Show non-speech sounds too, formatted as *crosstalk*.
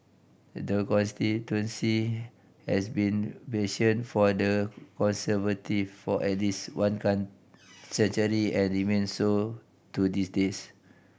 the constituency has been bastion for the Conservative for at least one *unintelligible* century and remains so to this days